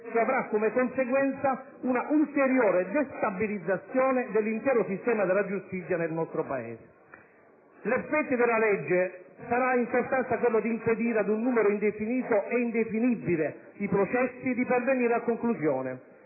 che avrà come conseguenza un'ulteriore destabilizzazione dell'intero sistema della giustizia nel nostro Paese. L'effetto della legge sarà in sostanza quello di impedire ad un numero indefinito ed indefinibile di processi di pervenire a conclusione,